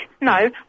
no